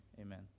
Amen